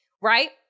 right